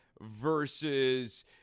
versus